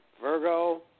Virgo